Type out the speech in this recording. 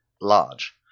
large